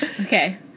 Okay